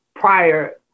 Prior